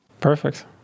perfect